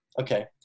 Okay